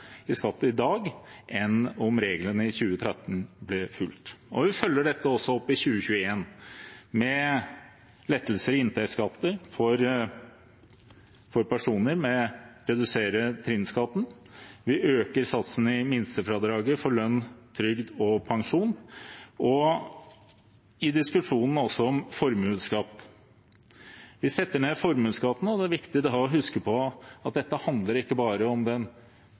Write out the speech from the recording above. i skatt i dag enn om reglene i 2013 ble fulgt. Vi følger dette opp også i 2021, med lettelser i inntektsskatten for personer ved å redusere trinnskatten. Vi øker satsene i minstefradraget for lønn, trygd og pensjon. Til diskusjonen om formuesskatt: Vi setter ned formuesskatten, og det er da viktig å huske på at dette ikke bare handler om den